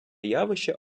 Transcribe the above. явище